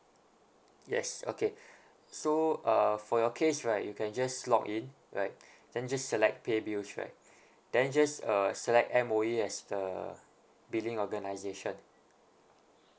yes okay so uh for your case right you can just log in right then just select pay bills right then just uh select M_O_E as the billing organisation